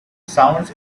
sounds